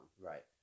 Right